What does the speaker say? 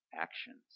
actions